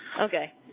Okay